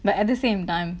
but at the same time